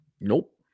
Nope